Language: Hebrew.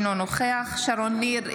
אינו נוכח שרון ניר,